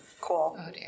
Cool